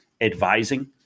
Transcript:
advising